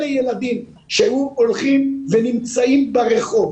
אלה ילדים שהיו הולכים ונמצאים ברחוב,